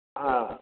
हँ